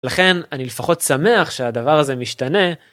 לכן אני לפחות שמח שהדבר הזה משתנה.